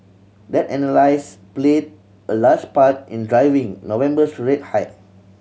that played a large part in driving November's rate hike